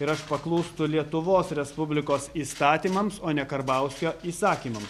ir aš paklūstu lietuvos respublikos įstatymams o ne karbauskio įsakymam